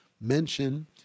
mention